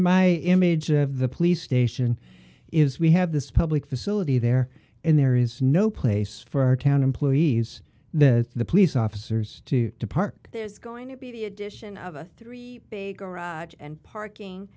my image of the police station is we have this public facility there and there is no place for town employees that the police officers to park there's going to be the addition of a three big garage and parking